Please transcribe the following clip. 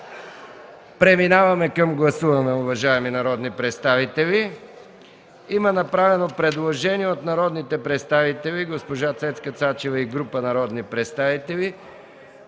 Преминаваме към гласуване, уважаеми народни представители. Има направено предложение от народните представители госпожа Цецка Цачева и група народни представители,